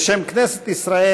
בשם כנסת ישראל,